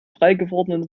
freigewordenen